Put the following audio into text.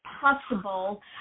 possible